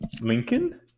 lincoln